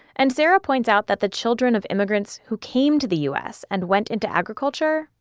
and sarah points out that the children of immigrants who came to the us and went into agriculture,